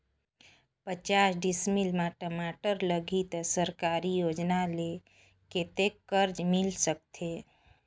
पचास डिसमिल मा टमाटर लगही त सरकारी योजना ले कतेक कर्जा मिल सकथे?